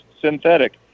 synthetic